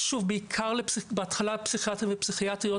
שוב בהתחלה לפסיכיאטרים ופסיכיאטריות,